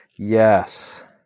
Yes